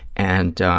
and